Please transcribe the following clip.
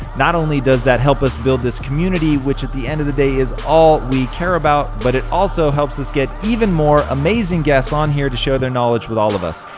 not only does that help us build this community, which at the end of the day is all we care about, but it also helps us get even more amazing guests on here to share their knowledge with all of us.